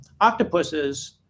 octopuses